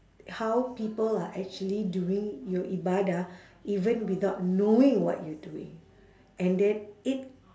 how people are actually doing your ibadah even without knowing what you're doing and then it